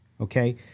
okay